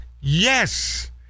yes